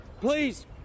Please